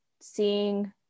seeing